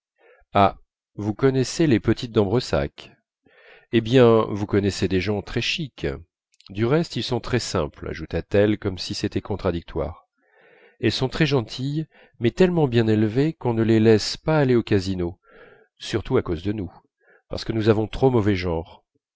vous connaissez les petites d'ambresac hé bien vous connaissez des gens très chics du reste ils sont très simples ajouta-t-elle comme si c'était contradictoire elles sont très gentilles mais tellement bien élevées qu'on ne les laisse pas aller au casino surtout à cause de nous parce que nous avons trop mauvais genre